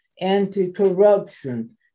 anti-corruption